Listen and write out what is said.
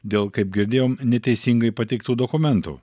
dėl kaip girdėjom neteisingai pateiktų dokumentų